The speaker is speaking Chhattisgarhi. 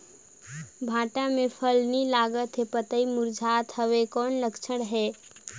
भांटा मे फल नी लागत हे पतई मुरझात हवय कौन लक्षण हे?